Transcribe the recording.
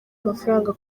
mafaranga